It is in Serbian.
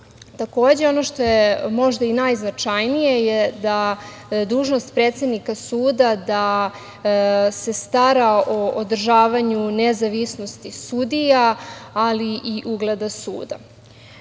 radu. Takođe, ono što je možda i najznačajnije je da dužnost predsednika suda da se stara o održavanju nezavisnosti sudija, ali i ugleda suda.